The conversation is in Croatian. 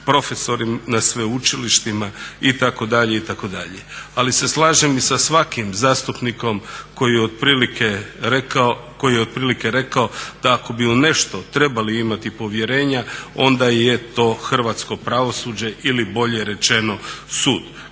profesori na sveučilištima itd., itd. Ali se slažem i sa svakim zastupnikom koji je otprilike rekao da ako bi u nešto trebali imati povjerenja onda je to hrvatsko pravosuđe ili bolje rečeno sud